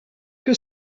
que